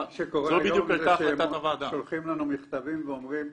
מה שקורה היום זה ששולחים לנו מכתבים ואומרים,